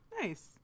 Nice